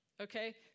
Okay